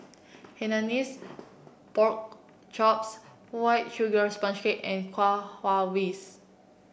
Hainanese Pork Chops White Sugar Sponge Cake and Kuih Kaswi